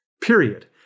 period